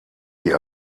die